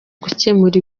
gukemura